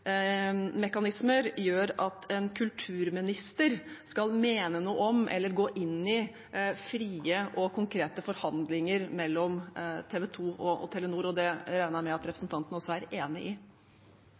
gjør at en kulturminister skal mene noe om eller gå inn i frie og konkrete forhandlinger mellom TV 2 og Telenor, og det regner jeg med at